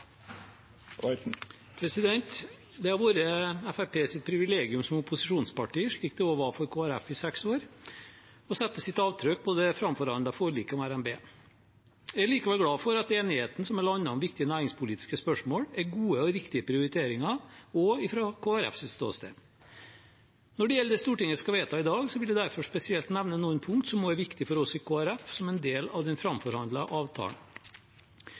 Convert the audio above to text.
Det har vært Fremskrittspartiets privilegium som opposisjonsparti, slik det også var for Kristelig Folkeparti i seks år, å sette sitt avtrykk på det framforhandlede forliket om RNB. Jeg er likevel glad for at enigheten som er landet om viktige næringspolitiske spørsmål, er gode og riktige prioriteringer også fra Kristelig Folkepartis ståsted. Når det gjelder det Stortinget skal vedta i dag, vil jeg derfor spesielt nevne noen punkt som også er viktige for oss i Kristelig Folkeparti som en del av den framforhandlede avtalen.